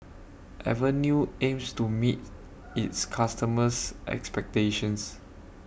Avenue aims to meet its customers' expectations